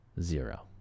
zero